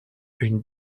une